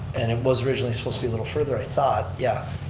and it was originally supposed to be a little further, i thought, yeah.